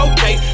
Okay